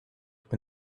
when